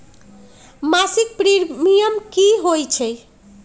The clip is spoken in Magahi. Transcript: मासिक प्रीमियम की होई छई?